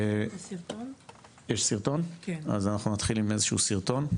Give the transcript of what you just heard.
יש סרטון, אז אנחנו נתחיל עם איזשהו סרטון.